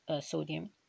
sodium